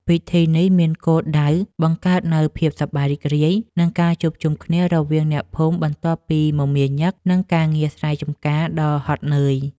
ពិធីនេះមានគោលដៅបង្កើតនូវភាពសប្បាយរីករាយ និងការជួបជុំគ្នារវាងអ្នកភូមិបន្ទាប់ពីមមាញឹកនឹងការងារស្រែចម្ការដ៏ហត់នឿយ។